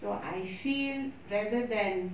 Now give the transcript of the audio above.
so I feel rather than